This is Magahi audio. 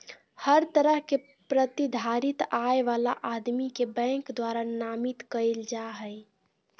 हर तरह के प्रतिधारित आय वाला आदमी के बैंक द्वारा नामित कईल जा हइ